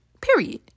Period